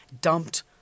dumped